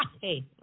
hey